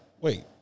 wait